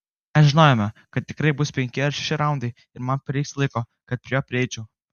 mes žinojome kad tikrai bus penki ar šeši raundai ir man prireiks laiko kad prie jo prieičiau